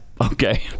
okay